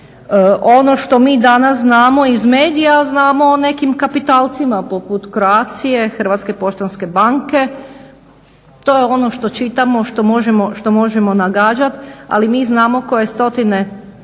Ono što mi danas znamo iz medija znamo o nekim kapitalcima poput Croatie, Hrvatske poštanske banke. To je ono što čitamo, što možemo nagađati ali mi znamo koje stotine